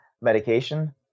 medication